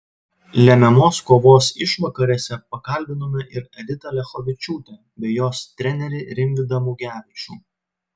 lemiamos kovos išvakarėse pakalbinome ir editą liachovičiūtę bei jos trenerį rimvydą mugevičių